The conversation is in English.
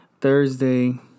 Thursday